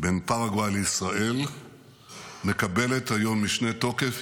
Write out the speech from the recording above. בין פרגוואי לישראל מקבלת היום משנה תוקף.